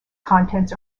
contents